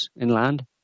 inland